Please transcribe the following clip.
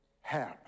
help